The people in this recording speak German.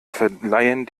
verleihen